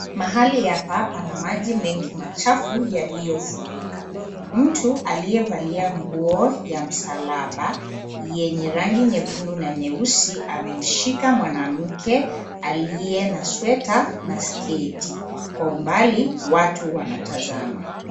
Mahali hapa pana maji mengi machafu yaliyofurika. Mtu aliyevalia nguo ya msalaba, yenye rangi nyekundu na nyeusi, amemshika mwanamke aliye na sweta na sketi. Kwa umbali watu wanatazama.